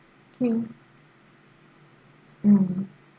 okay mm